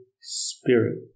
spirit